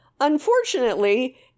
Unfortunately